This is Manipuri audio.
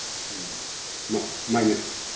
ꯎꯝ ꯃꯥꯅꯤ ꯃꯥꯅꯤ